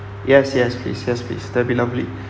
yes yes please yes please that'll be lovely